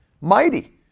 mighty